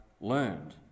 learned